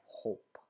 hope